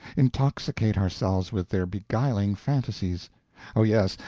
intoxicate ourselves with their beguiling fantasies oh yes,